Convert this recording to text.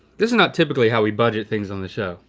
this is not typically how we budget things on the show.